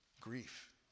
grief